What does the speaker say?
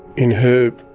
in her book,